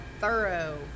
thorough